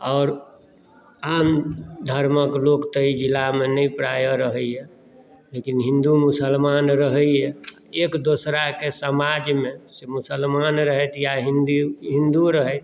आन धर्मक लोक तऽ अहि जिलामे प्रायः नहि रहैया लेकिन हिन्दु मुसलमान रहैया एक दोसराकेँ समाजमे सॅं मुसलमान रहथि या हिन्दु रहथि